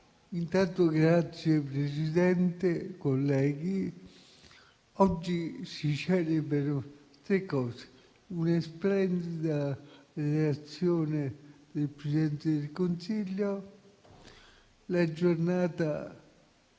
Signor Presidente, colleghi, oggi si celebrano tre cose: una splendida relazione del Presidente del Consiglio; la giornata